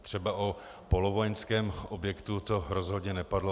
Třeba o polovojenském objektu to rozhodně nepadlo.